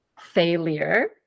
failure